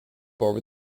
over